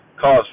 cause